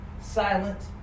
silent